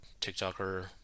TikToker